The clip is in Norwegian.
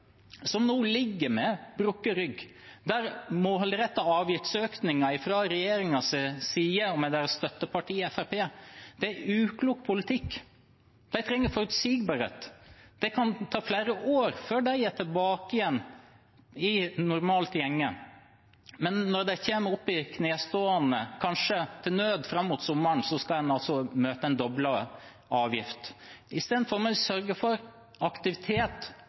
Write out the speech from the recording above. som nå ligger med brukket rygg etter målrettede avgiftsøkninger fra regjeringens side og deres støtteparti Fremskrittspartiet. Det er uklok politikk. De trenger forutsigbarhet. Det kan ta flere år før de er tilbake i normalt gjenge igjen. Men når de kommer opp i knestående, kanskje til nød fram mot sommeren, skal de altså møte en doblet avgift. Vi må istedenfor sørge for aktivitet